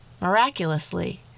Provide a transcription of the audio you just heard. Miraculously